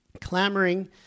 clamoring